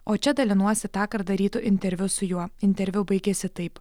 o čia dalinuosi tąkart darytu interviu su juo interviu baigėsi taip